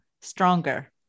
stronger